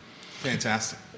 Fantastic